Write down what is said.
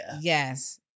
Yes